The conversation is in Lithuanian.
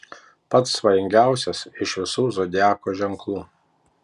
pats svajingiausias iš visų zodiako ženklų